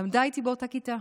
למדה איתי באותה כיתה